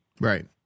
Right